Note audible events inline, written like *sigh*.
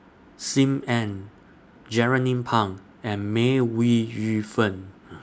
SIM Ann Jernnine Pang and May Ooi Yu Fen *noise*